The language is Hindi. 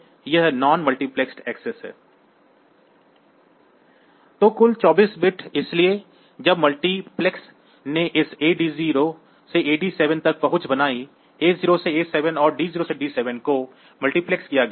तो कुल 24 बिट इसलिए जब मल्टीप्लेक्स ने इस AD0 से AD7 तक पहुंच बनाई A0 से A7 और D0 से D7 को मल्टीप्लेक्स किया गया है